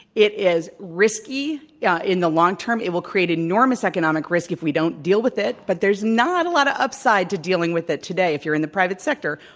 it is risky yeah in the long term. it will create enormous economic risk if we don't deal with it. but there's not a lot of upside to dealing with it today if you're in the private sector.